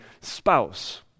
spouse